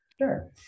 sure